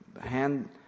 hand